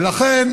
ולכן,